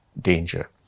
danger